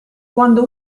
quando